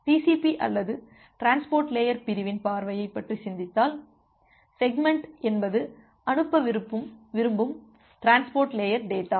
TCP அல்லது transport layer பிரிவின் பார்வையைப் பற்றி சிந்தித்தால் செக்மெண்ட் என்பது அனுப்ப விரும்பும் டிரான்ஸ்போர்ட் லேயர் டேட்டா